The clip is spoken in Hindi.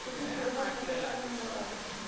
किसी तिलहन फसल का नाम बताओ